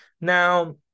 Now